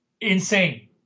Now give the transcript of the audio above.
insane